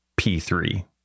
p3